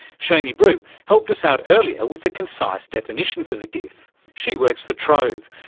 cheney brew helped us out earlier with a concise definition for the gif. she works for trove,